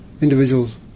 individuals